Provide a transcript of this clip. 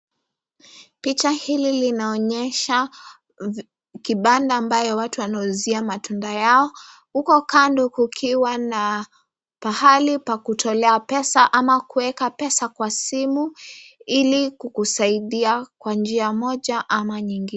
Picha hili linaonyesha kibanda ambayo watu wanauzia matunda yao, huko kando kukiwa na pahali pa kutolewa pesa ama kuweka pesa Kwa simu, ili kusaidia kwa njia moja ama nyingine.